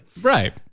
Right